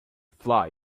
fly